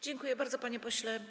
Dziękuję bardzo, panie pośle.